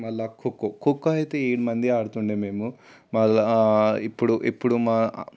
మళ్ళా ఖోఖో ఖోఖో అయితే ఏడుమంది ఆడుతు ఉండే మేము మళ్ళా ఇప్పుడు ఇప్పుడు మా